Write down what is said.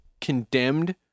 condemned